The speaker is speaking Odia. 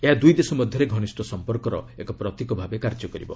ଏହା ଦୁଇ ଦେଶ ମଧ୍ୟରେ ଘନିଷ୍ଠ ସମ୍ପର୍କର ଏକ ପ୍ରତୀକ ଭାବେ କାର୍ଯ୍ୟ କରିବ